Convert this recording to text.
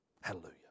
Hallelujah